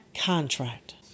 contract